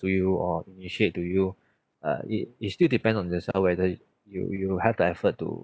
to you or initiate to you uh it it still depend on there's uh whether you you have the effort to